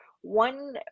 one